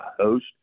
host